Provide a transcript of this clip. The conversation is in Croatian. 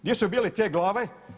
Gdje su bile te glave?